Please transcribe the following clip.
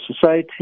society